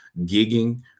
gigging